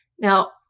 Now